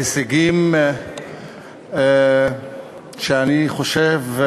והישגים שאני חושב,